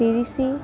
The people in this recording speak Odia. ତିରିଶ